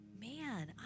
Man